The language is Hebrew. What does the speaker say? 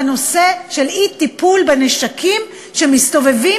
בנושא של אי-טיפול בנשקים שמסתובבים